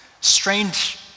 strange